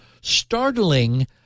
startling